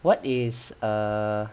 what is err